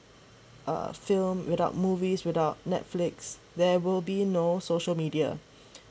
uh film without movies without Netflix there will be no social media